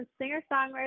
singer-songwriter